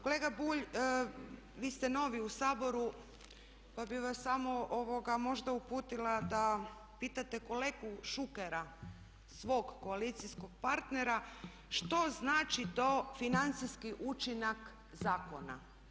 Kolega Bulj, vi ste novi u Saboru pa bih vas samo možda uputila da pitate kolegu Šukera, svog koalicijskog partnera što znači to financijski učinak zakona.